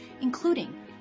including